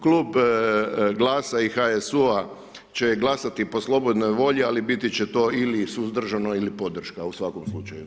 Klub GLAS-a i HSU-a će glasati po slobodnoj volji, ali biti će to ili suzdržano ili podrška u svakom slučaju.